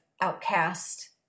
outcast